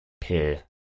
peer